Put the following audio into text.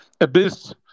abyss